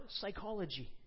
psychology